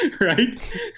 right